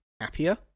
happier